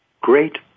great